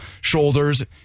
shoulders